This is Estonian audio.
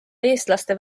eestlaste